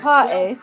Party